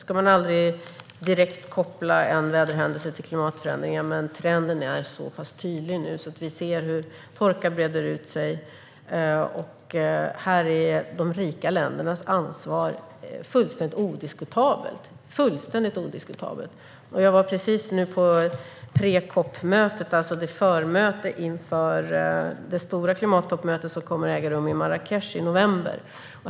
Man ska aldrig direkt koppla en väderhändelse till klimatförändringar, men trenden är så pass tydlig nu. Vi ser hur torka breder ut sig, och här är de rika ländernas ansvar fullständigt odiskutabelt. Jag var precis på Pre-COP-mötet, förmötet inför det stora klimattoppmöte som kommer att äga rum i Marrakech i november.